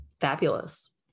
fabulous